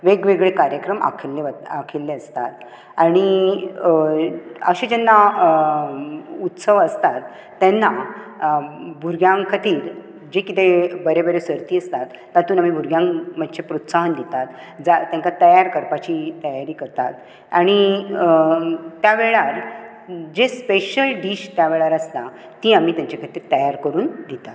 वेगवेगळे कार्यक्रम आंखिल्ले वता आंखिल्ले आसतात आनी अशें जेन्ना उत्सव आसतात तेन्ना भुरग्यां खातीर जे कितें बरें बरें सर्ती आसतात तातूंत आमी भुरग्यांक मातशें प्रोत्साहन दितात जा तेंकां तयार करपाची तयारी करतात आनी त्या वेळार जे स्पेशल डीश त्या वेळार आसता ती आमीं तेंच्या खातीर तयार करून दितात